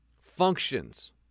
Functions